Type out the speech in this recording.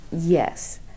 Yes